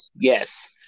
yes